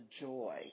joy